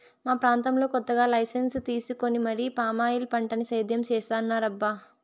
మా ప్రాంతంలో కొత్తగా లైసెన్సు తీసుకొని మరీ పామాయిల్ పంటని సేద్యం చేత్తన్నారబ్బా